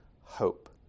hope